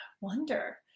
wonder